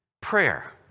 Prayer